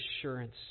assurance